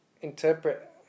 interpret